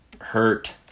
hurt